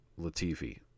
Latifi